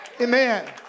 Amen